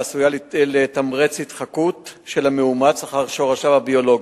ועשויה לתמרץ התחקות של המאומץ אחר שורשיו הביולוגיים,